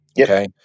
Okay